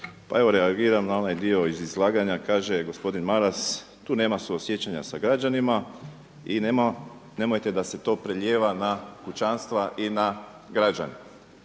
Pa evo reagiram na onaj dio iz izlaganja, kaže gospodin Maras, tu nema suosjećanja sa građanima i nemojte da se to prelijeva na kućanstva i na građane.